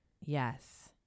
Yes